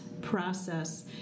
process